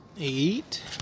Eight